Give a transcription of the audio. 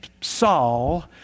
Saul